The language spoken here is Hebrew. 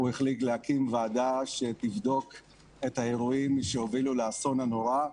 הוא החליט להקים ועדה שתבדוק את האירועים שהובילו לאסון הנורא,